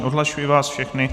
Odhlašuji vás všechny.